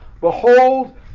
Behold